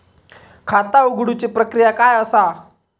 खाता उघडुची प्रक्रिया काय असा?